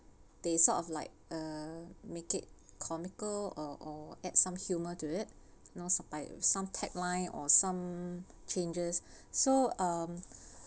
they sort of like uh make it comical or or at some humour to it you know by some tag line or some um changes so um